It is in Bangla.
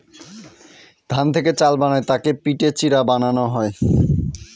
ধান থেকে চাল বানায় তাকে পিটে চিড়া বানানো হয়